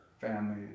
family